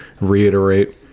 reiterate